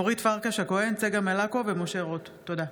אורית פרקש הכהן, צגה מלקו ומשה רוט בנושא: